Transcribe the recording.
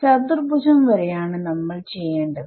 ചതുർഭുജം വരെയാണ് നമ്മൾ ചെയ്യേണ്ടത്